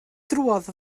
drwodd